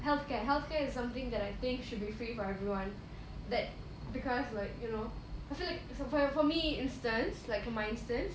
healthcare healthcare is something that I think should be free for everyone that because like you know I feel like so for for me instance like for my instance